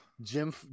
Jim